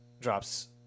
drops